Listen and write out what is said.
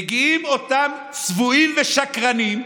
מגיעים אותם צבועים ושקרנים,